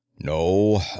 No